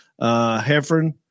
Heffern